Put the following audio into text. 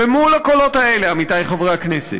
ומול הקולות האלה, עמיתי חברי הכנסת,